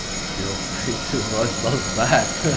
feel free to roast us back.